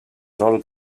rol